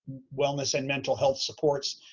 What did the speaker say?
wellness, and mental health supports.